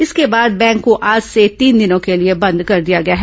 इसके बाद बैंक को आज से तीन दिनों के लिए बंद कर दिया गया है